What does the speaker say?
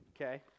Okay